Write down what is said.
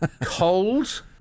Cold